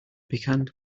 pecan